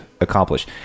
accomplish